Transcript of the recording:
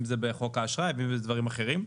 אם זה בחוק האשראי או בדברים אחרים.